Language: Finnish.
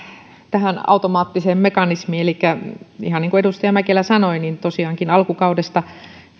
tähän automaattiseen mekanismiin ihan niin kuin edustaja mäkelä sanoi tosiaankin alkukaudesta